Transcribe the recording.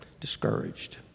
discouraged